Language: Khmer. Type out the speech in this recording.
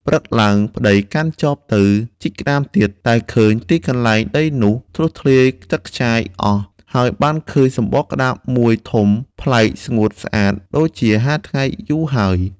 ព្រឹកឡើង ប្ដីកាន់ចបទៅជីកក្ដាមទៀត តែឃើញទីកន្លែងដីនោះធ្លុះធ្លាយខ្ចាត់ខ្ចាយអស់ ហើយបានឃើញសំបកក្ដាមមួយធំប្លែកស្ងួតស្អាតដូចជាហាលថ្ងៃយូរហើយ។